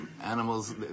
animals